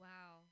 Wow